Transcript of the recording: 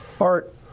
Art